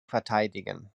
verteidigen